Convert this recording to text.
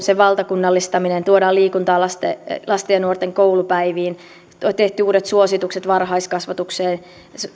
sen valtakunnallistamisen tuodaan liikuntaa lasten lasten ja nuorten koulupäiviin on tehty uudet suositukset varhaiskasvatukseen